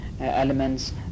elements